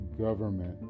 government